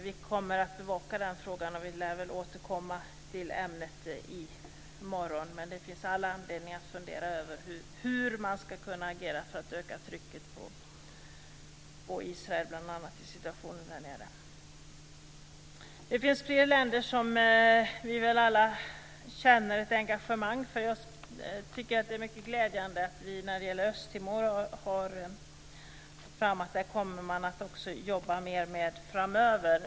Vi kommer att bevaka frågan, och vi lär återkomma till ämnet i morgon. Det finns all anledning att fundera över hur man ska kunna agera för att öka trycket bl.a. på Israel i situationen där nere. Det finns fler länder som vi väl alla känner ett engagemang för. Jag tycker att det är mycket glädjande att vi har fått fram att man kommer att jobba mycket mer med Östtimor framöver.